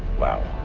wow.